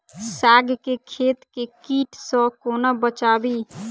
साग केँ खेत केँ कीट सऽ कोना बचाबी?